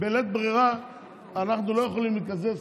בלית ברירה אנחנו לא יכולים להתקזז,